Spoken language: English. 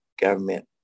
government